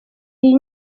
iyi